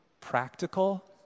practical